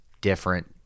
different